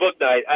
Booknight